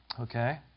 Okay